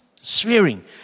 swearing